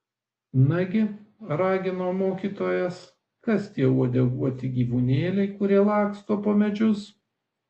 nagi ragino mokytojas kas tie uodeguoti gyvūnėliai kurie laksto po medžius